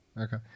Okay